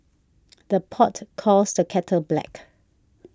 the pot calls the kettle black